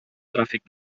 tràfic